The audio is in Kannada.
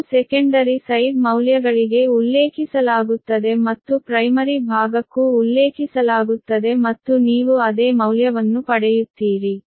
ಇದನ್ನು ಸೆಕೆಂಡರಿ ಸೈಡ್ ಮೌಲ್ಯಗಳಿಗೆ ಉಲ್ಲೇಖಿಸಲಾಗುತ್ತದೆ ಮತ್ತು ಪ್ರೈಮರಿ ಭಾಗಕ್ಕೂ ಉಲ್ಲೇಖಿಸಲಾಗುತ್ತದೆ ಮತ್ತು ನೀವು ಅದೇ ಮೌಲ್ಯವನ್ನು ಪಡೆಯುತ್ತೀರಿ